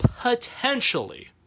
potentially